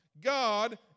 God